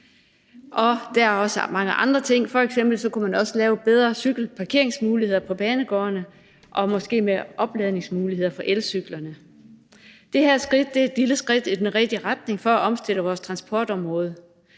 Der er også mange andre ting. F.eks. kunne man også lave bedre cykelparkeringsmuligheder på banegårdene og måske med opladningsmuligheder for elcyklerne. Det her skridt er et lille skridt i den rigtige retning for at omstille vores transportområde.